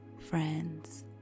friends